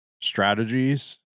strategies